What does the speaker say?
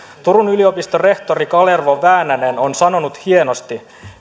turun yliopiston rehtori kalervo väänänen on sanonut hienosti